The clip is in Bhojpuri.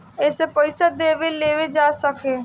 एसे पइसा देवे लेवे जा सके